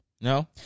No